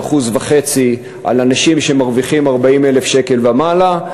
1.5% על אנשים שמרוויחים 40,000 שקל ומעלה.